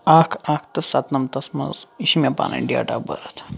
اَکھ اَکھ تہٕ سَتنَمتھس منٛز یہِ چھِ مےٚ پَنٕنۍ ڈیٹ آف بٔرٕتھ